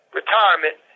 retirement